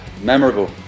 memorable